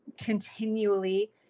continually